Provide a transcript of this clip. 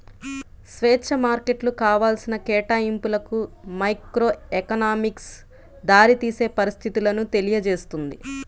స్వేచ్ఛా మార్కెట్లు కావాల్సిన కేటాయింపులకు మైక్రోఎకనామిక్స్ దారితీసే పరిస్థితులను తెలియజేస్తుంది